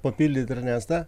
papildyt ernestą